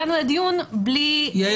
יעל,